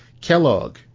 Kellogg